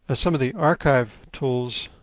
some of the archive tools,